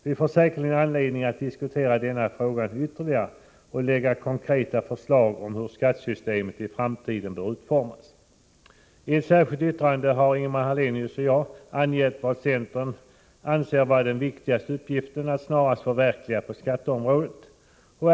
Vi får säkerligen anledning att diskutera denna fråga ytterligare och lägga fram konkreta förslag om hur skattesystemet i framtiden bör utformas. I ett särskilt yttrande har Ingemar Hallenius och jag angett vad centern anser vara den viktigaste uppgiften att snarast förverkliga på skatteområdet.